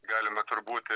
galima turbūt